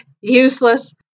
useless